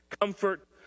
Comfort